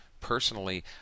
personally